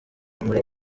muri